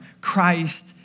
Christ